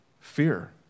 Fear